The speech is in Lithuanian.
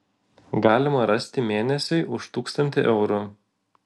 galima rasti mėnesiui už tūkstantį eurų